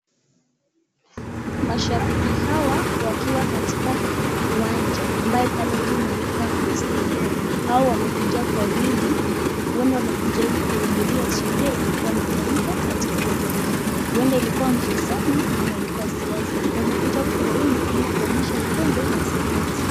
Mashabiki hawa wakiwa katika uwanja wakiwa pale juu imeandikwa Nyao Stadium. Hao wamekuja kwa wingi naona wamekuja ili kuhudhuria sherehe iliyokuwa inafanyika katika hiyo uwanja huenda ilikuwa mchezoni kwa siasa wamekuja kuwaunga ili kuonyesha upendo na sapoti.